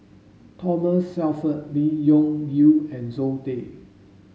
Thomas Shelford Lee Wung Yew and Zoe Tay